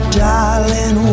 darling